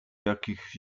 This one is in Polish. jakichś